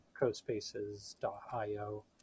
cospaces.io